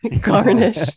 Garnish